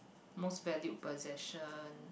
most valued possession